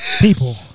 People